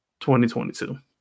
2022